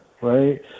right